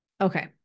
Okay